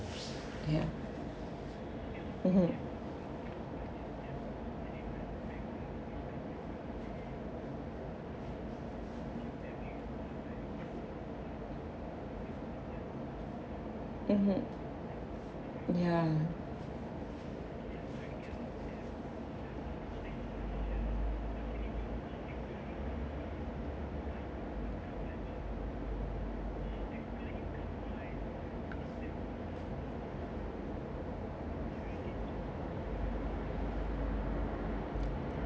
ya mmhmm mmhmm ya